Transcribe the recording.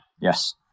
Yes